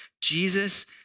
Jesus